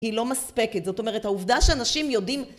היא לא מספקת. זאת אומרת, העובדה שאנשים יודעים...